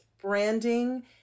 branding